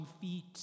feet